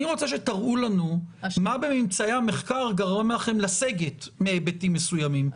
אני רוצה שתראו לנו מה בממצאי המחקר גרם לכם לסגת מהיבטים מסוימים.